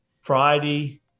Friday